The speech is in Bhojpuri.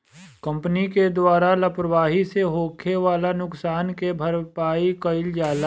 कंपनी के द्वारा लापरवाही से होखे वाला नुकसान के भरपाई कईल जाला